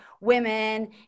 women